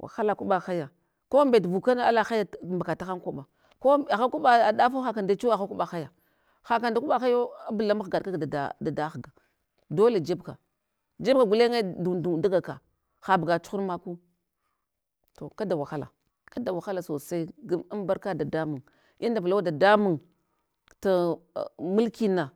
wahala kwaɓa haya ko mbet vukna ala hayat mbakata han kwaɓa kon agha kwaɓa dafo haka ndechu agha kwaɓa haya, haka nda kwaɓa haya wo abla mahgaɗ kag dada dadaghga, dole jebka, jebka gulenye, dundun daga ka habuga chuhurmaku, to kada wahala kada wahala sosai giɗ an barka dadamun inunda vulawa dadamun, tu a mulkina